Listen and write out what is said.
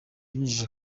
binjije